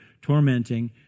tormenting